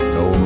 no